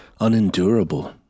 unendurable